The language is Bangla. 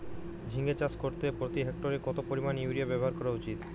ঝিঙে চাষ করতে প্রতি হেক্টরে কত পরিমান ইউরিয়া ব্যবহার করা উচিৎ?